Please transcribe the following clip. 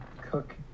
Cook